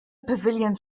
pavilions